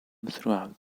throughout